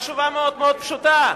התשובה מאוד מאוד פשוטה,